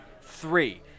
three